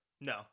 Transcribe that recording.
No